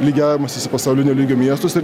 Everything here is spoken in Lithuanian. lygiavimasis į pasaulinio lygio miestus ir